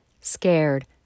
scared